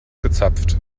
gezapft